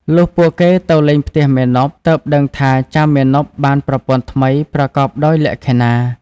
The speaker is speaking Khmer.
លុះពួកគេទៅលេងផ្ទះមាណព ទើបដឹងថាចៅមាណពបានប្រពន្ធថ្មីប្រកបដោយលក្ខិណា។